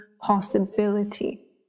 possibility